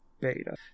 beta